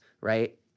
right